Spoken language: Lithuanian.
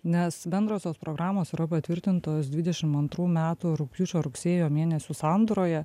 nes bendrosios programos patvirtintos dvidešim antrų metų rugpjūčio rugsėjo mėnesių sandūroje